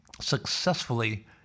Successfully